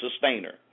sustainer